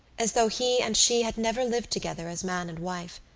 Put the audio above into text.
as though he and she had never lived together as man and wife.